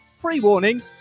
Pre-warning